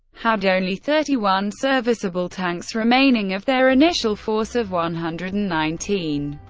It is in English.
had only thirty one serviceable tanks remaining of their initial force of one hundred and nineteen.